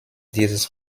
dieses